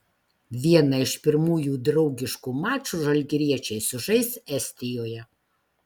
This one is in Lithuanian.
vieną iš pirmųjų draugiškų mačų žalgiriečiai sužais estijoje